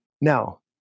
Now